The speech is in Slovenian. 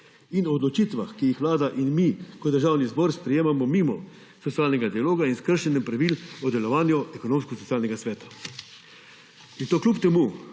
in o odločitvah, ki jih Vlada in mi kot Državni zbor sprejemamo mimo socialnega dialoga in s kršenjem pravil o delovanju Ekonomsko-socialnega sveta. In to kljub temu,